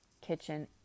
kitchen